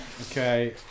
Okay